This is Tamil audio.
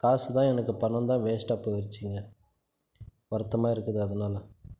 காசு தான் எனக்கு பணந்தான் வேஸ்டாக போயிருச்சிங்க வருத்தமாக இருக்குது அதனால்